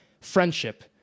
friendship